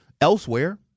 elsewhere